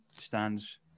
stands